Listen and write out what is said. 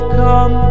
come